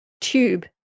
tube